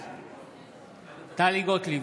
בעד טלי גוטליב,